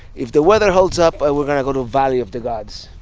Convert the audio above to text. if the weather holds up, we're gonna go to valley of the gods.